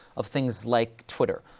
of things like twitter,